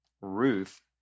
Ruth